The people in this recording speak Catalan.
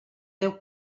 deu